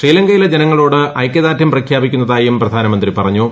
ശ്രീലങ്കയിലെ ജനങ്ങളോട് ഐക്യദാർഡ്യം പ്രഖ്യാപിക്കുന്ന്തായും പ്രധാനമന്ത്രി പറഞ്ഞു